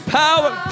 power